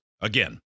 Again